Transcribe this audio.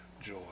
joy